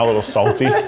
little salty.